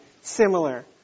similar